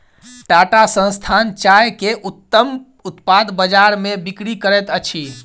टाटा संस्थान चाय के उत्तम उत्पाद बजार में बिक्री करैत अछि